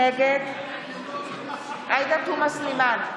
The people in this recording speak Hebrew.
נגד עאידה תומא סלימאן,